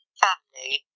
family